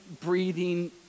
breathing